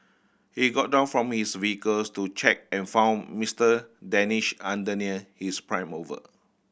he got down from his vehicles to check and found Mister Danish under near his prime mover